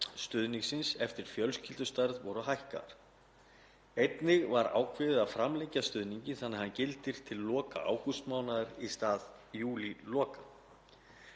stuðningsins eftir fjölskyldustærð voru hækkaðar. Einnig var ákveðið að framlengja stuðninginn þannig að hann gildi til loka ágústmánaðar í stað júníloka.